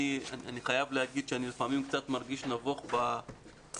אני חייב לומר שלפעמים אני מרגיש קצת נבוך בוועדה.